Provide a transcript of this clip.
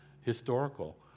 historical